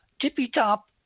tippy-top